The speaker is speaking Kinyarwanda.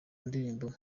ndirimbo